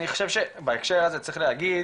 אני חושב שבהקשר הזה צריך להגיד,